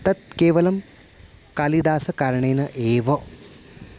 तत् केवलं कालिदासकारणेन एव